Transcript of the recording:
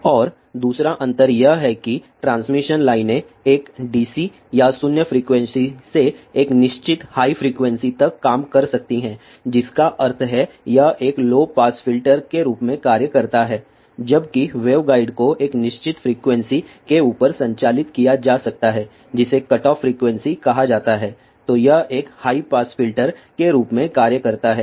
और दूसरा अंतर यह है कि ट्रांसमिशन लाइनें एक DC या शून्य फ्रीक्वेंसी से एक निश्चित हाई फ्रीक्वेंसी तक काम कर सकती हैं जिसका अर्थ है यह एक लो पास फिल्टर के रूप में कार्य करता है जबकि वेवगाइड को एक निश्चित फ्रीक्वेंसी के ऊपर संचालित किया जा सकता है जिसे कटऑफ फ्रीक्वेंसी कहा जाता है तो यह एक हाई पास फिल्टर के रूप में कार्य करता है